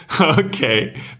okay